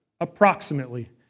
approximately